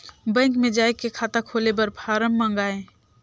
Bank मे जाय के खाता खोले बर फारम मंगाय?